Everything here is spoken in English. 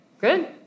good